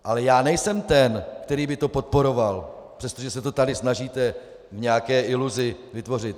Ale já nejsem ten, který by to podporoval, přestože se to tady snažíte v nějaké iluzi vytvořit.